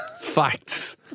Facts